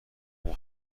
ایکس